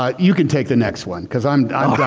ah you can take the next one because i'm done.